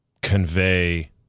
convey